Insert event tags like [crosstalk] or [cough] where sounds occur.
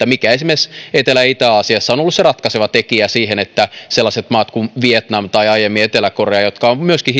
[unintelligible] mikä esimerkiksi etelä ja itä aasiassa on ollut ratkaiseva tekijä siihen että sellaiset maat kuin vietnam tai aiemmin etelä korea joilla on myöskin [unintelligible]